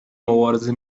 مبارزه